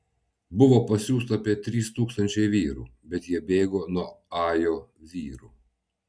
buvo pasiųsta apie trys tūkstančiai vyrų bet jie bėgo nuo ajo vyrų